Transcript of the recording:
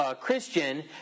christian